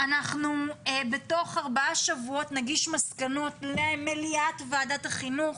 בתוך ארבעה שבועות נגיש מסקנות למליאת וועדת החינוך